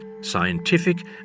scientific